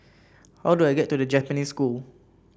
how do I get to The Japanese School